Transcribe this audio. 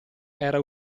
era